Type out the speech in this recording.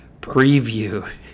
preview